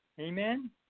Amen